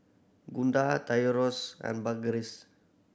Gunda Tyrus and Burgess